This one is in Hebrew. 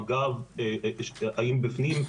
מג"ב האם בפנים?